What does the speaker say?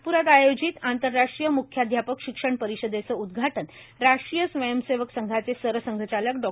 नागप्रात आयोजित आंरराष्ट्रीय मुख्याध्यापक शिक्षण परीषदेचं उद्घाटन राष्ट्रीय स्वयंसेवक संघाचे संरसंघचालक डॉ